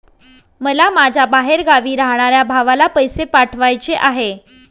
मला माझ्या बाहेरगावी राहणाऱ्या भावाला पैसे पाठवायचे आहे